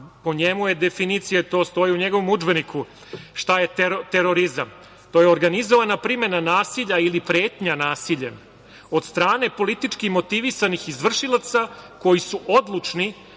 po njemu je definicija, to stoji u njegovom udžbeniku, šta je terorizam - to je organizovana primena nasilja ili pretnja nasiljem od strane politički motivisanih izvršilaca koji su odlučni